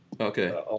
Okay